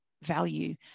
value